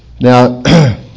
now